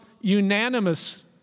unanimous